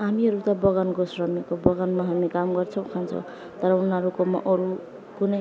हामीहरू त बगानको श्रमिक हो बगानमा हामी काम गर्छौँ खान्छौँ तर उनीहरूकोमा अरू कुनै